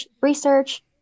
research